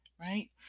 Right